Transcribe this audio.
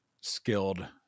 skilled